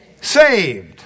saved